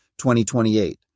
2028